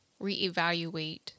reevaluate